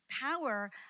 power